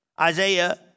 Isaiah